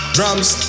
Drums